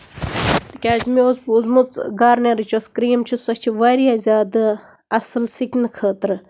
تِکیازِ مےٚ اوس بوٗزمُت گارنِیَرٕچ یۄس کریٖم چھِ سۄ چھِ واریاہ زیادٕ اَصٕل سِکنہٕ خٲطرٕ